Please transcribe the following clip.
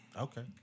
Okay